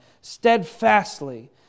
Steadfastly